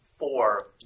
four